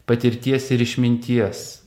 patirties ir išminties